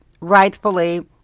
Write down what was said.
rightfully